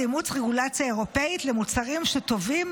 באימוץ רגולציה אירופית למוצרים שטובים